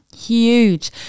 huge